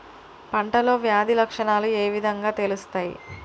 పంటలో వ్యాధి లక్షణాలు ఏ విధంగా తెలుస్తయి?